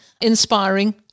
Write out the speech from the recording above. inspiring